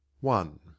one